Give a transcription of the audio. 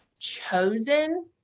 chosen